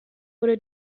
wurde